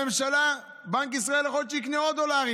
הממשלה, בנק ישראל יכול להיות שיקנה עוד דולרים.